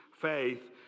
faith